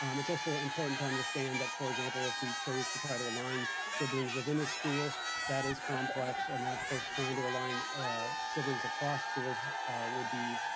um it's also important to understand that, for example, if we chose to try to align siblings within a school that is complex, and then of course, trying to align siblings across schools would be